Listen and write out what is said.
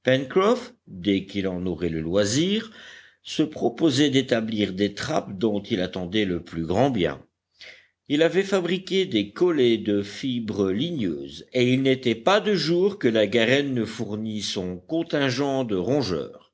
qu'il en aurait le loisir se proposait d'établir des trappes dont il attendait le plus grand bien il avait fabriqué des collets de fibres ligneuses et il n'était pas de jour que la garenne ne fournît son contingent de rongeurs